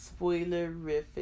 spoilerific